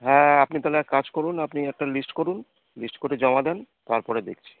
হ্যাঁ আপনি তাহলে একটা কাজ করুন আপনি একটা লিস্ট করুন লিস্ট করে জমা দেন তারপরে দেখছি